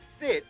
sit